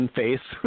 face